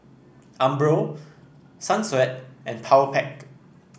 Umbro Sunsweet and Powerpac